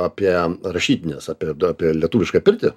apie rašytinės apie apie lietuvišką pirtį